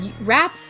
rap